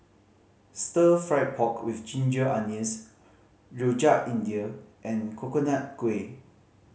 Stir Fried Pork With Ginger Onions Rojak India and Coconut Kuih